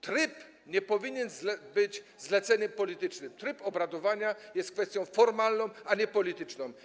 Tryb nie powinien być kwestią zlecenia politycznego, tryb obradowania jest kwestią formalną, a nie polityczną.